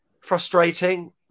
frustrating